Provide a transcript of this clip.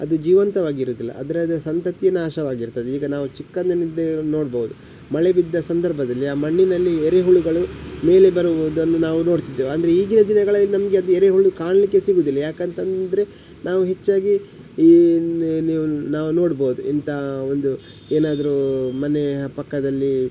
ಅದು ಜೀವಂತವಾಗಿ ಇರುವುದಿಲ್ಲ ಆದರೆ ಅದರ ಸಂತತಿಯೆ ನಾಶವಾಗಿರುತ್ತದೆ ಈಗ ನಾವು ಚಿಕ್ಕನಿಂದಲೂ ನೋಡ್ಬೋದು ಮಳೆ ಬಿದ್ದ ಸಂದರ್ಭದಲ್ಲಿ ಆ ಮಣ್ಣಿನಲ್ಲಿ ಎರೆಹುಳುಗಳು ಮೇಲೆ ಬರುವುದನ್ನು ನಾವು ನೋಡ್ತಿದ್ದೆವು ಅಂದರೆ ಈಗಿನ ದಿನಗಳಲ್ಲಿ ನಮಗೆ ಅದು ಎರೆಹುಳು ಕಾಣಲಿಕ್ಕೆ ಸಿಗುವುದಿಲ್ಲ ಯಾಕಂತ ಅಂದ್ರೆ ನಾವು ಹೆಚ್ಚಾಗಿ ಈ ನೀವು ನಾವು ನೋಡ್ಬೋದು ಇಂಥ ಒಂದು ಏನಾದರೂ ಮನೆಯ ಪಕ್ಕದಲ್ಲಿ